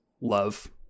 love